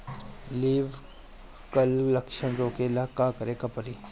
Leaf curl लक्षण रोकेला का करे के परी?